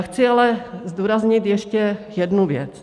Chci ale zdůraznit ještě jednu věc.